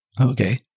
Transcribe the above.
Okay